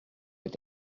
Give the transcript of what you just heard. est